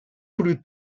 plus